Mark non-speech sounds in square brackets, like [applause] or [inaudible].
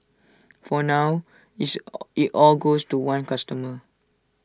for now it's [hesitation] IT all goes to one customer